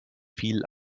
viel